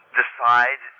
decide